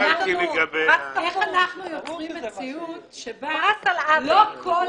איך אנחנו יוצרים מציאות שבה לא כל